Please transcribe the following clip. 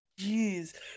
jeez